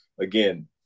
Again